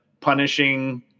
punishing